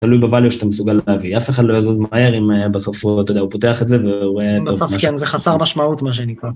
תלוי בוואליו שאתה מסוגל להביא, אף אחד לא יזוז מהר אם בסוף הוא, אתה יודע, הוא פותח את זה והוא רואה... בסוף כן, זה חסר משמעות מה שנקרא.